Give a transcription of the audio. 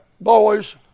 boys